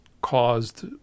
caused